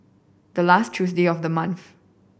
the last Tuesday of the month